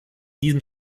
diesem